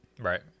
right